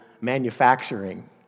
manufacturing